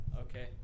Okay